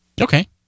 Okay